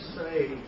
say